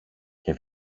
και